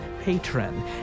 patron